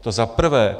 To za prvé.